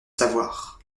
savoir